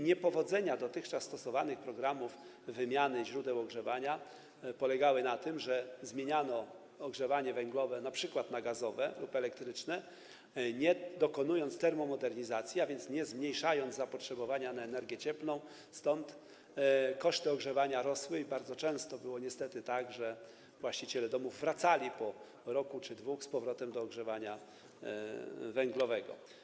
Niepowodzenia dotychczas stosowanych programów związanych z wymianą źródeł ogrzewania polegały m.in. na tym, że zmieniano ogrzewanie węglowe np. na gazowe lub elektryczne, nie dokonując termomodernizacji, a więc nie zmniejszając zapotrzebowania na energię cieplną, stąd koszty ogrzewania rosły i bardzo często niestety było tak, że właściciele domów wracali po roku czy dwóch do ogrzewania węglowego.